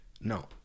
No